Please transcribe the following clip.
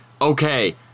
okay